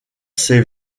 ses